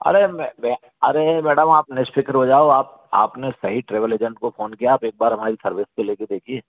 अरे अरे मैडम आप निशफ़िक्र हो जो आप आप ने सही ट्रेवल एजेंट को फोन किया आप एक बार हमारी सर्विस तो ले कर देखिए